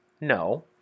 no